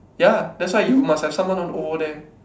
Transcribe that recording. ya that's why you must have someone over there